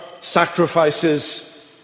sacrifices